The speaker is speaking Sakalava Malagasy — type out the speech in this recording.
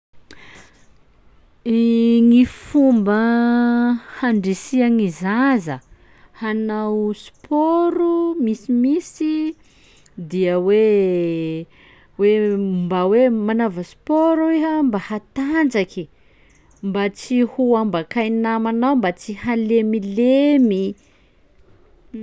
Gny fomba handrisia gny zaza hanao sport misimisy dia hoe hoe m- mba hoe manaova sport iha mba hatanjaky, mba tsy ho ambakay namanao, mba tsy halemilemy